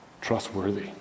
trustworthy